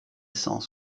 cent